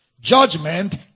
Judgment